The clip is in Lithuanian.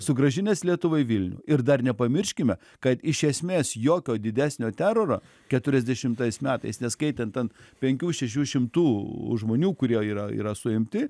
sugrąžinęs lietuvai vilnių ir dar nepamirškime kad iš esmės jokio didesnio teroro keturiasdešimtais metais neskaitant ten penkių šešių šimtų žmonių kurie yra yra suimti